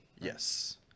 Yes